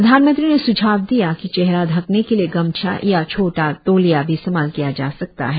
प्रधानमंत्री ने स्झाव दिया कि चेहरा ढकने के लिए गमछा या छोटा तौलिया भी इस्तेमाल किया जा सकता है